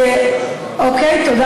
אוקיי, תודה.